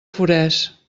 forès